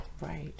right